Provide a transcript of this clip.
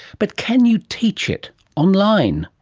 but can you teach it online?